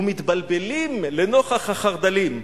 ומתבלבלים לנוכח החרד"לים,